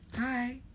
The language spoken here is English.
Hi